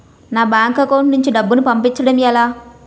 నా bank account నుంచి డబ్బును పంపించడం ఎలా?